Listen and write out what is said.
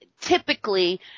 typically